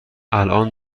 الآن